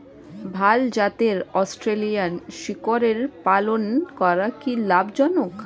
ভাল জাতের অস্ট্রেলিয়ান শূকরের পালন করা কী লাভ জনক?